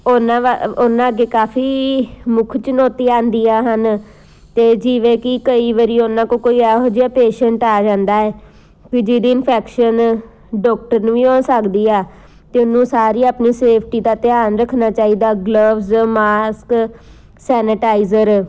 ਉਹਨਾਂ ਵਾ ਉਹਨਾਂ ਅੱਗੇ ਕਾਫੀ ਮੁੱਖ ਚੁਣੌਤੀ ਆਉਂਦੀਆਂ ਹਨ ਅਤੇ ਜਿਵੇਂ ਕਿ ਕਈ ਵਾਰੀ ਉਹਨਾਂ ਕੋਲ ਕੋਈ ਇਹੋ ਜਿਹਾ ਪੇਸ਼ੈਂਟ ਆ ਜਾਂਦਾ ਹੈ ਵੀ ਜਿਹਦੀ ਇਨਫੈਕਸ਼ਨ ਡੋਕਟਰ ਨੂੰ ਵੀ ਉਹ ਸਕਦੀ ਆ ਅਤੇ ਉਹਨੂੰ ਸਾਰੀ ਆਪਣੀ ਸੇਫਟੀ ਦਾ ਧਿਆਨ ਰੱਖਣਾ ਚਾਹੀਦਾ ਗਲਵਜ਼ ਮਾਸਕ ਸੈਨਟਾਈਜ਼ਰ